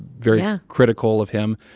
very yeah critical of him.